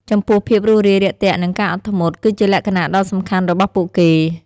ចំពោះភាពរួសរាយរាក់ទាក់នឹងការអត់ធ្មត់ គឺជាលក្ខណៈដ៏សំខាន់របស់ពួកគេ។